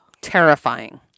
Terrifying